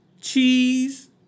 cheese